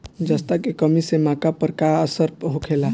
जस्ता के कमी से मक्का पर का असर होखेला?